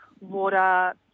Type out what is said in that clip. water